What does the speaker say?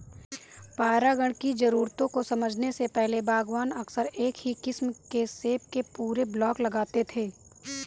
परागण की जरूरतों को समझने से पहले, बागवान अक्सर एक ही किस्म के सेब के पूरे ब्लॉक लगाते थे